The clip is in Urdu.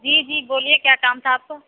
جی جی بولیے کیا کام تھا آپ کو